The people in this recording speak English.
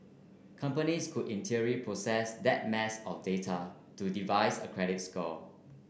companies could in theory process that mass of data to devise a credit score